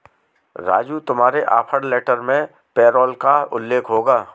राजू तुम्हारे offer letter में payroll का उल्लेख होगा